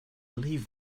leave